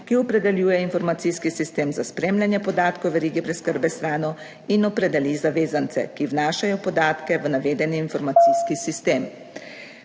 ki opredeljuje informacijski sistem za spremljanje podatkov verige preskrbe s hrano in opredeli zavezance, ki vnašajo podatke v navedeni informacijski sistem.